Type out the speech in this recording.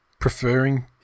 preferring